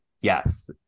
Yes